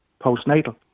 postnatal